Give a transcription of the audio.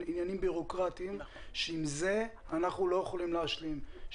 עניינים בירוקרטיים אתם אנחנו לא יכולים להשלים.